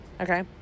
Okay